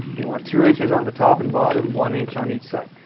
they want two inches on the top and bottom, one inch on each side.